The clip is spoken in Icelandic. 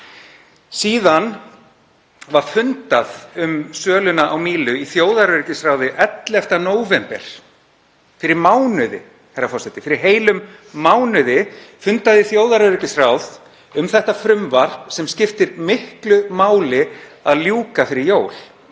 Síðan var fundað um söluna á Mílu í þjóðaröryggisráði 11. nóvember, fyrir mánuði, herra forseti. Fyrir heilum mánuði fundaði þjóðaröryggisráð um þetta frumvarp, sem skiptir miklu máli að ljúka fyrir jól.